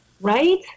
Right